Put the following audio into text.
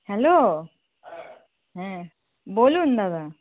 hello হ্যাঁ বলুন দাদা